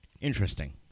Interesting